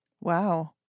Wow